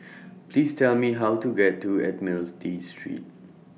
Please Tell Me How to get to Admiralty Street